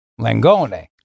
Langone